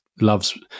loves